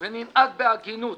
וננהג בהגינות,